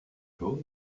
chose